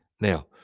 Now